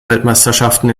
weltmeisterschaften